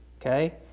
Okay